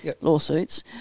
lawsuits